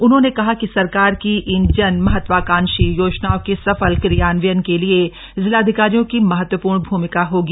उन्होंने कहा कि सरकार की इन जन महत्वकांक्षी योजनाओं के सफल क्रियान्वयन के लिए जिलाधिकारियों की महत्वपूर्ण भूमिका होगी